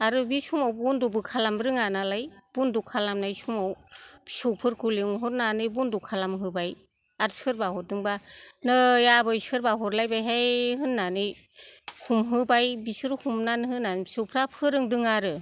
आरो बे समाव बन्द'बो खालामनो रोङा नालाय बन्द' खालामनाय समाव फिसौफोरखौ लेंहरनानै बन्द' खालामहोबाय आर सोरबा हरदोंबा नै आबै सोरबा हरलायबायहाय होननानै हमहोबाय बिसोर हमनानै होनानैसो फिसौफ्रा फोरोंदों आरो